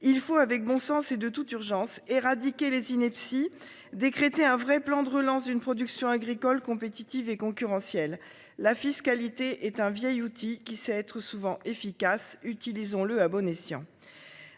il faut avec bon sens et de toute urgence éradiquer les inepties décrété un vrai plan de relance d'une production agricole compétitive et concurrentielle, la fiscalité est un vieil outil qui sait être souvent efficaces, utilisons-le à bon escient.